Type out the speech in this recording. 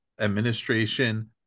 administration